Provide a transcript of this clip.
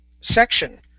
section